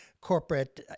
corporate